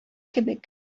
кебек